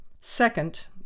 Second